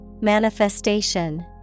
Manifestation